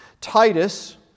Titus